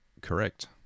correct